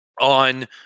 on